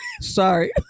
Sorry